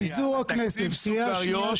חוק פיזור הכנסת יעבור בשלוש קריאות